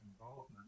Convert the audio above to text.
involvement